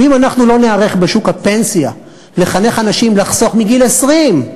ואם אנחנו לא ניערך בשוק הפנסיה לחנך אנשים לחסוך מגיל 20,